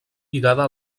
lligada